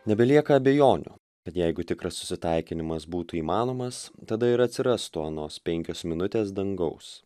nebelieka abejonių kad jeigu tikras susitaikinimas būtų įmanomas tada ir atsirastų anos penkios minutės dangaus